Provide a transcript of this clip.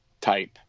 type